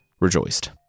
rejoiced